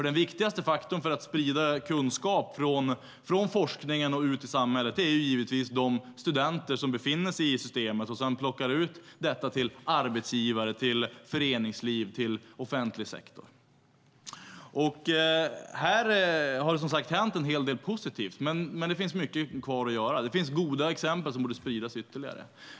Den viktigaste faktorn när det gäller att sprida kunskap från forskningen ut i samhället är givetvis de studenter som befinner sig i systemet och som plockar ut detta till arbetsgivare, till föreningsliv och till offentlig sektor. Här har det som sagt hänt en hel del positivt. Men det finns mycket kvar att göra. Det finns goda exempel som borde spridas ytterligare.